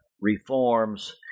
reforms